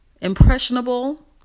impressionable